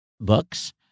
books